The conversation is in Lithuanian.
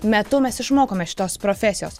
metu mes išmokome šitos profesijos